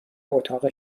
اتاق